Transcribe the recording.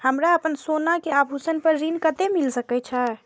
हमरा अपन सोना के आभूषण पर ऋण कते मिल सके छे?